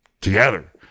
together